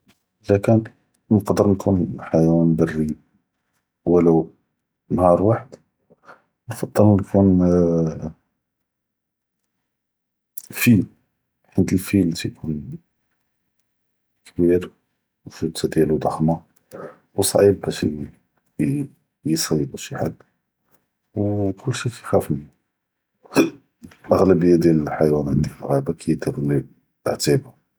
אלא כאן נקדר יכון ח’يوان ברי ולו נהאר וואחד, נفضل יכון פיל מיתל אלפיל תיכון, כביר ו ויטה דיאלו דח’מה ו סכ’יב באש ייסיד שי חאד, ו כולשי כיחאפו, אע’ד’אביה דיאל אלח’يوان ענדי פי אלגהאבה.